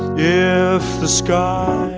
yeah if the sky